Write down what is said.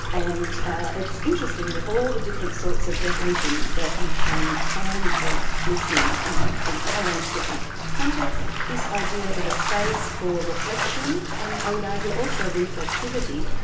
and it's interesting that all the different sorts of definitions that you can find of listening in in a whole range of different contexts. this idea of a space for reflection and, i would argue, also reflexivity,